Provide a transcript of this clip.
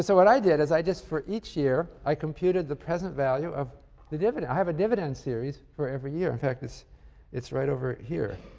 so what i did was i just, for each year, computed the present value of the dividend. i have a dividend series for every year. in fact, it's it's right over here.